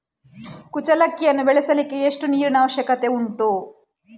ಕುಚ್ಚಲಕ್ಕಿಯನ್ನು ಬೆಳೆಸಲಿಕ್ಕೆ ಎಷ್ಟು ನೀರಿನ ಅವಶ್ಯಕತೆ ಉಂಟು?